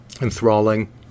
enthralling